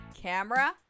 camera